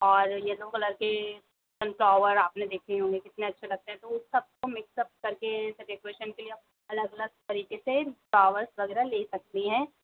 और yellow colour के sunflower आपने देखे ही होंगे कितने अच्छे लगते हैं उन सबको मिक्स अप कर के डेकोरेशन के लिए आप अलग अलग तरीके से फ़्लावर्स वगैरह ले सकती हैं